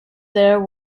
there